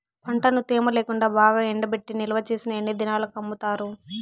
పంటను తేమ లేకుండా బాగా ఎండబెట్టి నిల్వచేసిన ఎన్ని దినాలకు అమ్ముతారు?